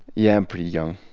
yeah, i'm pretty young,